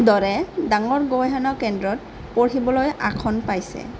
দৰে ডাঙৰ গৱেষণা কেন্দ্ৰত পঢ়িবলৈ আসন পাইছে